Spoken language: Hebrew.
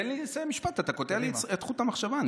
תן לי לסיים משפט, אתה קוטע לי את חוט המחשבה.